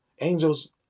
angels